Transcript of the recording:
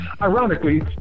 Ironically